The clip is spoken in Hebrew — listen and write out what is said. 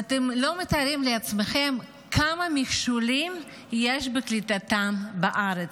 ואתם לא מתארים לעצמכם כמה מכשולים יש בקליטתם בארץ.